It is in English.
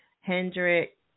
Hendrick